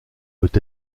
peut